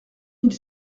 mille